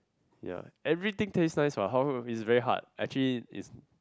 ya everything taste nice what how is very hard actually is